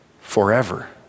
forever